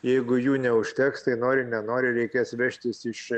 jeigu jų neužteks tai nori nenori reikės vežtis iš